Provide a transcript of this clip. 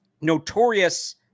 notorious